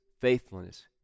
faithfulness